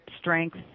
strength